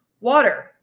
Water